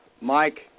Mike